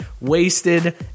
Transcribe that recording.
wasted